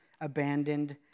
abandoned